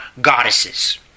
goddesses